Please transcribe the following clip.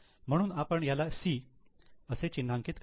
म्हणून आपण याला 'C' असे चिन्हांकित करू